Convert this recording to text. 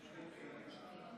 כן, בבקשה.